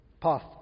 Path